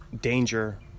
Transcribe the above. danger